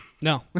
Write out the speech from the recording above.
no